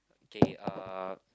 okay uh